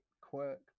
quirk